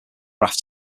rafts